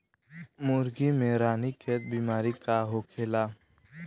मुर्गी में रानीखेत बिमारी का होखेला?